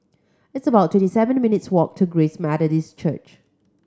it's about twenty seven minutes' walk to Grace Methodist Church